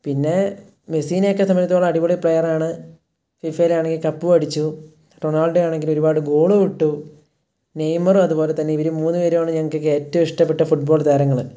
പിന്നേ മെസ്സിയിനെയൊക്കെ സംബന്ധിച്ചെടുത്തോളം അടിപൊളി പ്ലെയറാണ് ഫിഫയിൽ ആണെങ്കിൽ കപ്പും അടിച്ചു റൊണാൾഡോ ആണെങ്കിൽ ഒരുപാട് ഗോളും ഇട്ടു നെയ്മറും അതുപോലെതന്നെ ഇവർ മൂന്നു പേരുമാണ് ഞങ്ങൾക്കൊക്കെ ഏറ്റവും ഇഷ്ടപ്പെട്ട ഫുട്ബോൾ താരങ്ങൾ